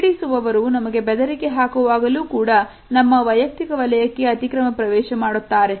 ಪೀಡಿಸುವರು ನಮಗೆ ಬೆದರಿಕೆ ಹಾಕುವಾಗಲೂ ಕೂಡ ನಮ್ಮ ವೈಯಕ್ತಿಕ ವಲಯಕ್ಕೆ ಅತಿಕ್ರಮ ಪ್ರವೇಶ ಮಾಡುತ್ತಾರೆ